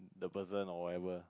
the person or whatever